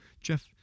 jeff